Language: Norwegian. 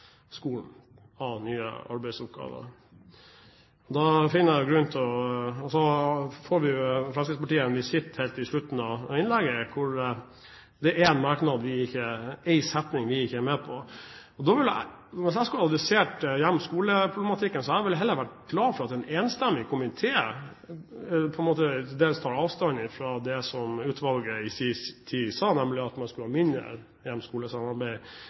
skolen av nye arbeidsoppgaver. Fremskrittspartiet fikk en visitt helt på slutten av innlegget, fordi det er én setning vi ikke er med på. Hvis jeg skulle ha analysert hjem–skole-problematikken, ville jeg heller ha vært glad for at en enstemmig komité dels tar avstand fra det som utvalget i sin tid sa, nemlig at man skulle ha mindre